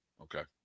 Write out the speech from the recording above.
Okay